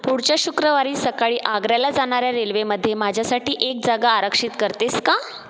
पुढच्या शुक्रवारी सकाळी आग्र्याला जाणाऱ्या रेल्वेमध्ये माझ्यासाठी एक जागा आरक्षित करतेस का